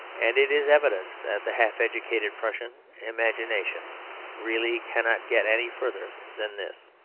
and it is evident that the half-educated prussian imagination really cannot get any further than this.